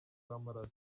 w’amaraso